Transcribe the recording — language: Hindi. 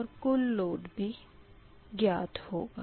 और कुल लोड भी ज्ञात होगा